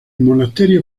monasterio